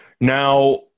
Now